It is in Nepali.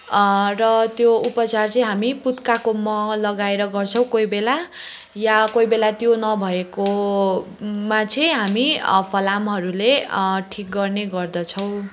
र त्यो उपचार चाहिँ हामी पुत्काको मह लगाएर गर्छौँ कोही बेला या कोही बेला त्यो नभएकोमा चाहिँ हामी फलामहरूले ठिक गर्ने गर्दछौँ